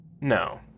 No